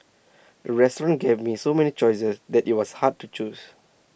the restaurant gave me so many choices that IT was hard to choose